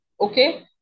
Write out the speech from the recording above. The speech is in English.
Okay